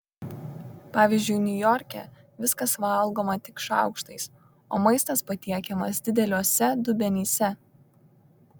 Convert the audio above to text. pavyzdžiui niujorke viskas valgoma tik šaukštais o maistas patiekiamas dideliuose dubenyse